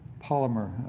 polymer,